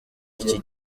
iki